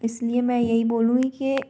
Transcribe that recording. इस लिए मैं यही बोलूँगी कि